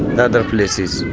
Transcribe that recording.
the other places,